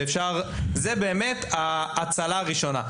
זו באמת ההצלה הראשונה.